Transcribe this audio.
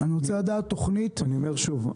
אני רוצה לדעת תוכנית --- אני אומר שוב,